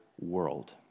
world